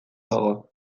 dago